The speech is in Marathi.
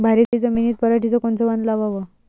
भारी जमिनीत पराटीचं कोनचं वान लावाव?